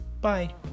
Bye